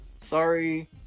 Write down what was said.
Sorry